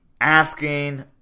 asking